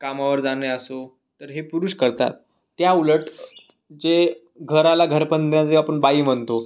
कामावर जाणे असो तर हे पुरुष करतात त्याउलट जे घराला घरपण देणं जे आपण बाई म्हणतो